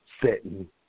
setting